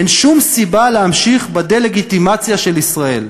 אין שום סיבה להמשיך בדה-לגיטימציה של ישראל,